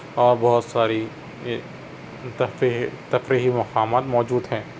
اور بہت ساری تفریح تفریحی مقامات موجود ہیں